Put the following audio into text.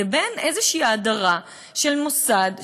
לבין איזושהי האדרה של מוסד,